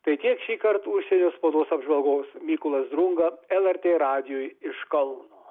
tai tiek šįkart užsienio spaudos apžvalgos mykolas drunga lrt radijui iš kauno